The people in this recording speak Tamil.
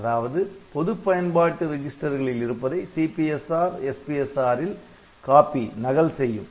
அதாவது பொதுப் பயன்பாட்டு ரெஜிஸ்டர்களில் இருப்பதை CPSRSPSR ல் காப்பி copy நகல் செய்யும்